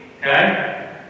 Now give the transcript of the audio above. okay